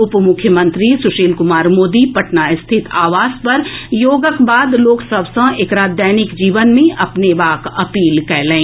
उप मुख्यमंत्री सुशील कुमार मोदी पटना स्थित आवास पर योगक बाद लोक सभ सँ एकरा दैनिक जीवन मे अपनेबाक अपील कएलनि